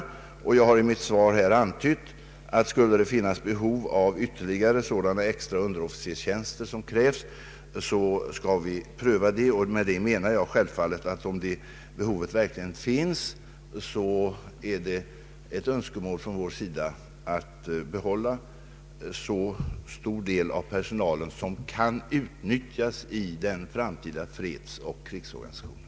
Jag har i mitt svar antytt att skulle det finnas behov av ytterligare sådana extra underofficerstjänster som krävs så skall vi pröva det. Med det menar jag självfallet att om behovet verkligen finns, så är det ett önskemål från vår sida att behålla så stor del av personalen som kan nyttjas i den framtida fredsoch krigsorganisationen.